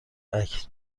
عکس